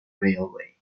railway